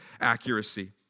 accuracy